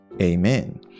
Amen